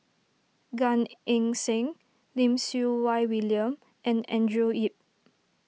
Gan Eng Seng Lim Siew Wai William and Andrew Yip